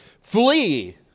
flee